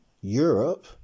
Europe